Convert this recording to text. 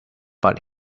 but